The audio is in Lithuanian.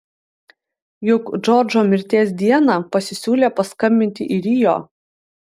juk džordžo mirties dieną pasisiūlė paskambinti į rio